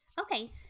Okay